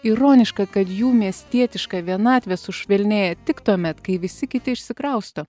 ironiška kad jų miestietiška vienatvė sušvelnėja tik tuomet kai visi kiti išsikrausto